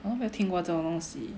我都没有听过过这种东西